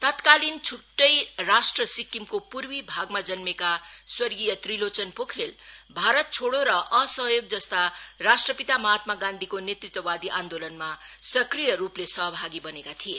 तत्कालीन छुट्टै राष्ट्र सिक्किमको पूर्वी भागमा जन्मेका स्वर्गीय त्रिलोचन पोखरेल भारत छोड़ो र असहयोग जस्ता राष्ट्रपिता महात्मा गान्धीको नेतृत्वबादी आन्दोलनमा सक्रिय रूपले सहभागी बनेका थिए